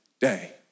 day